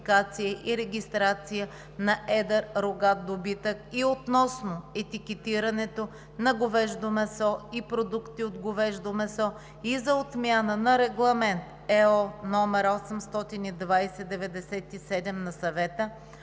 и регистрация на едър рогат добитък и относно етикетирането на говеждо месо и продукти от говеждо месо и за отмяна на Регламент (ЕО) №820/97 на Съвета